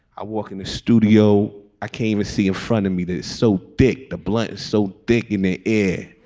i walk in the studio. i came to see in front of me that it's so big. the blood is so big in the air.